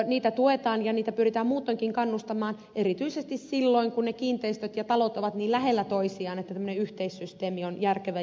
niitä tuetaan ja niihin pyritään muutoinkin kannustamaan erityisesti silloin kun ne kiinteistöt ja talot ovat niin lähellä toisiaan että tämmöinen yhteissysteemi on järkevä